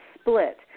split